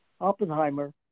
Oppenheimer